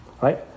right